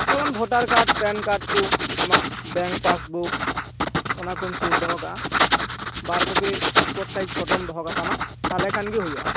ᱡᱮᱢᱚᱱ voter card PAN card ᱠᱚ ᱟᱢᱟᱜ ᱵᱮᱝᱠ ᱯᱟᱥᱵᱩᱠ ᱚᱱᱟᱠᱚᱢ ᱥᱩᱨ ᱫᱚᱦᱚ ᱠᱟᱜᱼᱟ ᱵᱟᱨᱠᱚᱯᱤ ᱯᱟᱥᱯᱳᱨᱴ ᱥᱟᱭᱤᱡ ᱯᱷᱚᱴᱚᱢ ᱫᱚᱦᱚ ᱠᱟᱜ ᱛᱟᱢᱟ ᱛᱟᱦᱚᱞᱮ ᱠᱷᱟᱱ ᱜᱮ ᱦᱩᱭᱩᱜᱼᱟ